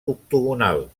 octogonal